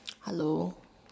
hello